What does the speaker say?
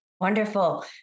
Wonderful